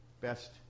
best